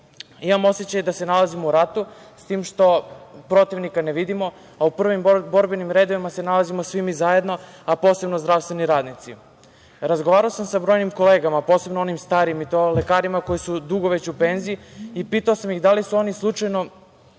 Imam osećaj da se nalazimo u ratu, s tim što protivnika ne vidimo, a prvim borbenim redovima se nalazimo svi mi zajedno, a posebno zdravstveni radnici. Razgovarao sam sa brojnim kolegama, posebno onim starijim i to lekarima koji su dugo već u penziji i pitao sam ih da li su oni slučajno